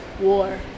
war